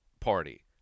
party